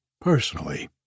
Personally